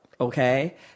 okay